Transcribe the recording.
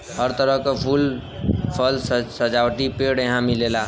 हर तरह क फूल, फल, सजावटी पेड़ यहां मिलेला